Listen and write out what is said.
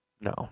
No